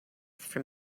from